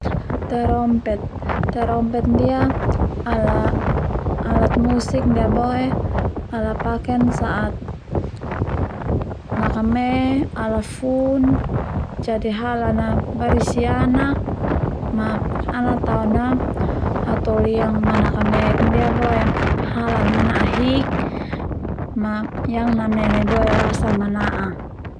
Terompet terompet ndia alat musik ndia boe ala paken sa'at lakame ala fun jadi halan a barisi anak ma ana Tao na hatoli yang manakamek ndia boe halan manahik ma yang namnene boe rasa mana'a